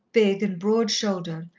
big and broad-shouldered,